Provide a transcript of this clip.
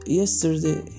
yesterday